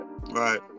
Right